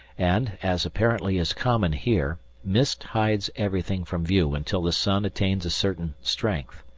and, as apparently is common here, mist hides everything from view until the sun attains a certain strength.